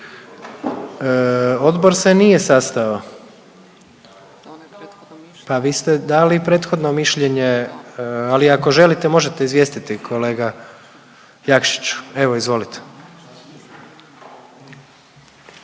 Odbor se nije sastajao, pa vi ste dali prethodno mišljenje, ali ako želite možete izvijestiti kolega Jakšiću. Evo, izvolite.